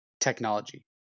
technology